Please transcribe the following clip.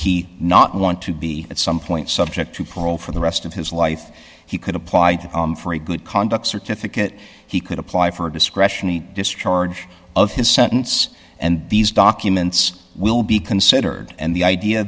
he not want to be at some point subject to parole for the rest of his life he could apply for a good conduct certificate he could apply for discretionary discharge of his sentence and these documents will be considered and the idea